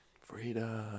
freedom